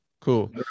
cool